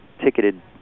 ticketed